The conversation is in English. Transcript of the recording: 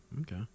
Okay